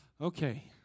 okay